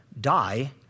die